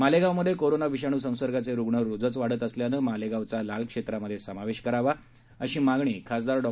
मालेगावमध्ये corona विषाणू संसर्गाचे रुग्ण रोजच वाढत असल्याने मालेगावचा लाल क्षेत्रामध्ये समावेश करावा अशी मागणी खासदार डॉ